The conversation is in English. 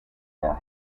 are